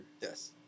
yes